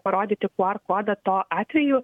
parodyti qr kodą tuo atveju